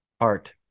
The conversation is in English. art